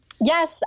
Yes